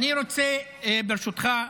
אני רוצה ברשותך,